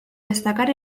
destacar